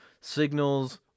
signals